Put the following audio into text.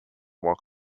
not